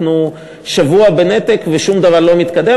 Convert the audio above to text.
אנחנו שבוע בנתק ושום דבר לא מתקדם.